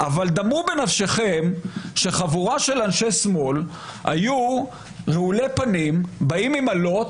אבל דמו בנפשכם שחבורה של אנשי שמאל היו באים רעולי פנים עם אלות,